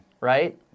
right